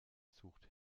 sucht